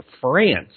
France